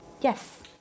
Yes